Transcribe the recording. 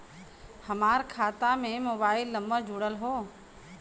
हमार खाता में मोबाइल नम्बर जुड़ल हो?